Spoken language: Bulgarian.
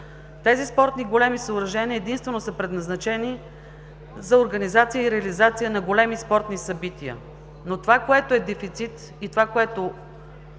Тези спортни големи съоръжения единствено са предназначени за организация и реализация на големи спортни събития, но това, което е дефицит, и това, което